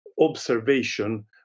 observation